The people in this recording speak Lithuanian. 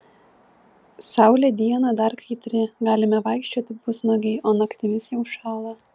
saulė dieną dar kaitri galime vaikščioti pusnuogiai o naktimis jau šąla